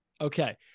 Okay